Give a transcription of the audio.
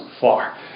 far